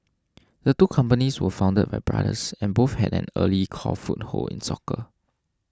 the two companies were founded by brothers and both had an early core foothold in soccer